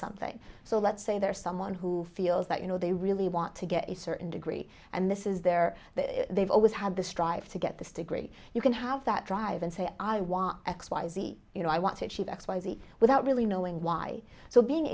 something so let's say there is someone who feels that you know they really want to get a certain degree and this is their that they've always had the strive to get this to great you can have that drive and say i want x y z you know i want to achieve x y z without really knowing why so being